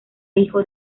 hijo